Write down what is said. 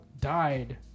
died